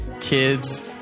kids